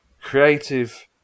creative